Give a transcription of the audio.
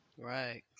Right